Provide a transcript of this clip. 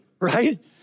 right